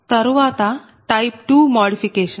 తరువాత type 2 modification